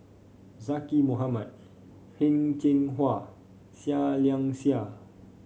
Zaqy Mohamad Heng Cheng Hwa Seah Liang Seah